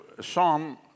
Psalm